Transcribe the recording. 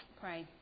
pray